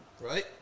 Right